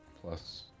plus